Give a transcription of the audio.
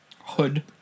hood